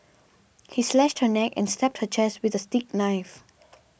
he slashed her neck and stabbed her chest with a steak knife